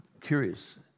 curious